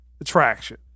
attraction